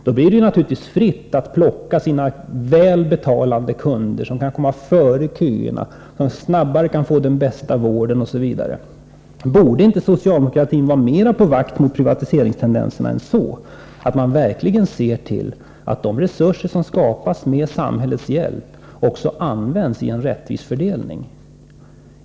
Det blir naturligtvis fritt att plocka de välbetalande kunderna, som kan komma före köerna, som snabbare kan få den bästa vården osv. Borde inte socialdemokratin vara mera på sin vakt mot privatiseringstendenserna, så att man verkligen ser till att de resurser som skapas med samhällets hjälp också används genom en rättvis fördelning?